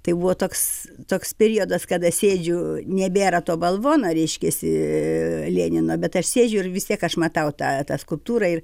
tai buvo toks toks periodas kada sėdžiu nebėra to balvono reiškiasi lenino bet aš sėdžiu ir vis tiek aš matau tą tą skulptūrą ir